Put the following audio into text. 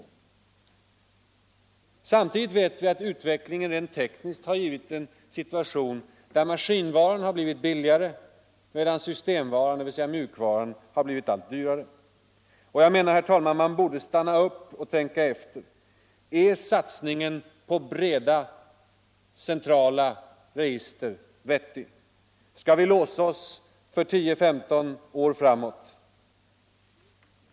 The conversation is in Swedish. Nr 96 Samtidigt vet vi att den rent tekniska utvecklingen har givit en situation Torsdagen den där maskinvaran har blivit billigare, medan systemvaran, dvs. mjukvaran, 29 maj 1975 har blivit allt dyrare. Jag menar, herr talman, att man borde stanna upp och tänka efter: Är satsningen på breda, centrala register vettig? Skall Nytt system för vi låsa oss för 10-15 år framåt?